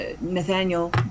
Nathaniel